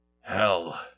Hell